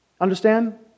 Understand